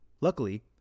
Luckily